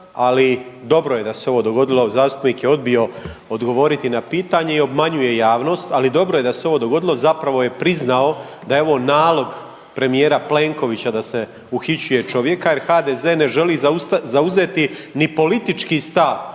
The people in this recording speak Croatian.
Ali dobro je da se ovo dogodilo, zastupnik je odbio odgovoriti na pitanje i obmanjuje javnost. Ali dobro je da se ovo dogodilo zapravo je priznao da je ovo nalog premijera Plenkovića da se uhićuje čovjeka, jer HDZ ne želi zauzeti ni politički stav.